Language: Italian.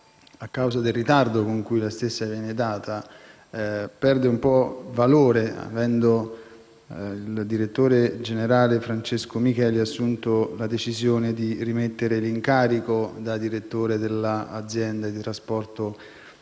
a causa del ritardo con cui viene data, perde un po' di valore, avendo il direttore generale Francesco Micheli assunto la decisione di rimettere l'incarico di direttore dell'azienda di trasporto